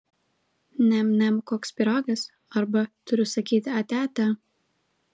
niam niam koks pyragas arba turiu sakyti ate ate